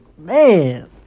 Man